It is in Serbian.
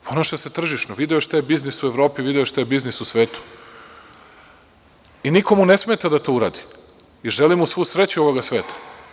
Ponaša se tržišno, video je šta je biznis u Evropi, video je šta je biznis u svetu i niko mu ne smeta da to uradi i želim mu svu sreću ovoga sveta.